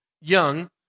young